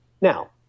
Now